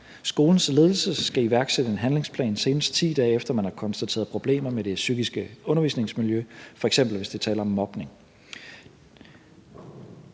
Skolens ledelse skal iværksætte en handlingsplan, senest 10 dage efter at man har konstateret problemer med det psykiske undervisningsmiljø, f.eks. hvis der er tale om mobning.